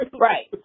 Right